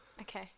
Okay